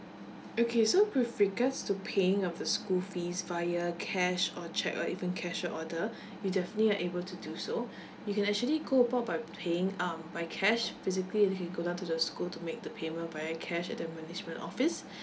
okay so with regards to paying of the school fees via cash or cheque or even cashier order you definitely are able to do so you can actually go about by paying um by cash physically you can go down to the school to make the payment via cash at the management office